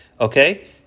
okay